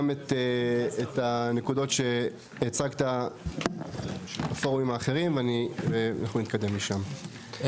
גם את הנקודות שהצגת בפורומים האחרים ואנחנו נתקדם משם.